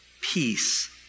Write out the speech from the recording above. peace